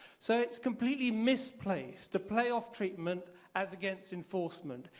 so it's completely misplaced to playoff treatment as against enforcement.